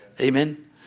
Amen